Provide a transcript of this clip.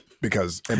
because-